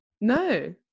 No